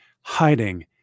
hiding